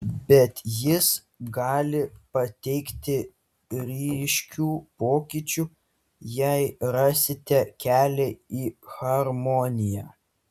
bet jis gali pateikti ryškių pokyčių jei rasite kelią į harmoniją